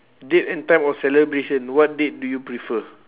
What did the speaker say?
date and time of celebration what date do you prefer